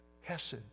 Hesed